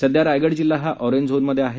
सध्या रायगड जिल्हा हा ऑरेंज झोनमध्ये आहे